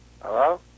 Hello